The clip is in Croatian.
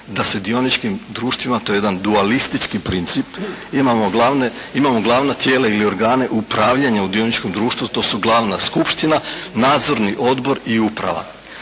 da se dioničkim društvima, to je jedan dualistički princip, imamo glavna tijela ili organe upravljanja u dioničkom društvu, to su glavna skupština, nadzorni odbor i uprava.